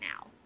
now